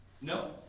No